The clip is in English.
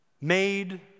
made